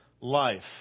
life